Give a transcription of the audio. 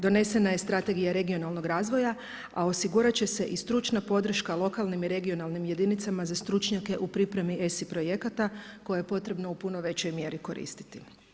Donesena je Strategija regionalnog razvoja, a osigurat će se i stručna podrška lokalnim i regionalnim jedinicama za stručnjake u pripremi ESI projekata koje je potrebno u puno većoj mjeri koristiti.